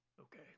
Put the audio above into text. Okay